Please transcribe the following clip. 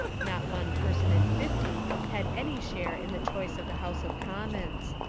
not one person in fifty had any share in the choice of the house of commons.